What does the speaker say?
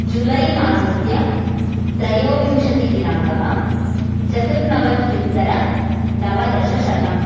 जुलै मासस्य त्रयोविंशति दिनाङ्कः चतुर्नवत्युत्तर नवदशशतम्